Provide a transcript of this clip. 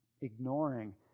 ignoring